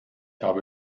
habe